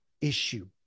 issue